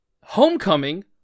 Homecoming